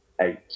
Eight